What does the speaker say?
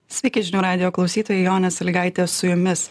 sveiki žinių radijo klausytojai jonė salygaitė su jumis